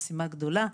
משימה גדולה,